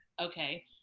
okay